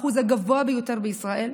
האחוז הגבוה ביותר בישראל,